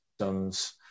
systems